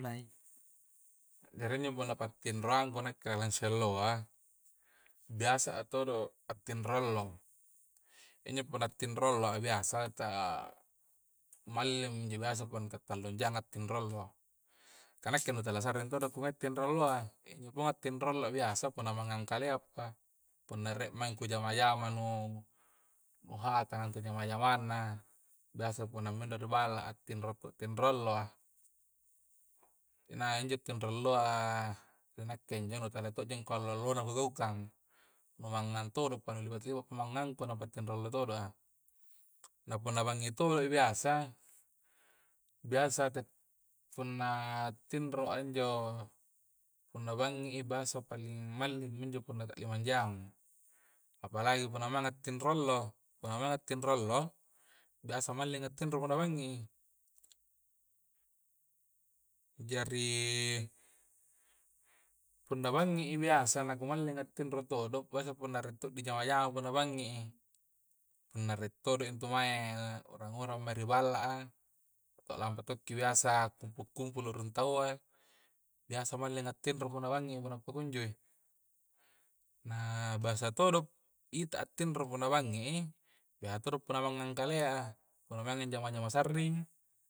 Jari injo punna pattindroangku nakke si alloa biasa a todo attindro allo injo punna tinro alloa biasa ta mallingmi injo biasa punna ka tallung jangan tindro allo kah nakke tala ku sa'ring todo ku ngai tindro alloa injo ku ngai tindro allo biasa punna mangang kaleapa, punna rie maeng ku jama-jama nu hatanga intu jamang-jamangna biasa punna minroa ri balla a, a tindro pun tindro alloa inaing injo tindro alloa ri nakke injo nu tala tonji dikua allo-allona kugaukang, nu manggang todopa, na punna la banging to i biasa biasa te' punna tindroa injo punna bangi'i biasa paling mallingmi injo punna ta'limang jang palagi punna maenga atindro allo, punna maenga tindro allo biasa mallinga tindro punna bangi'i jari punna bangi'i biasa na ku malling atindro todo biasa punna rie to dijama-jama punna bangi'i punna re' todo intu mae intu urang-uranga ri balla a to lampa to' ki biasa ku' kumpulu rung taua, biasa mallinga atindro punna bangi'i punna pakunjoi na biasa todo ita'a tindro punna bangi'i, biasa todo punna mangngang kale'a punna banging'i jama-jamang sarri'